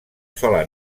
sola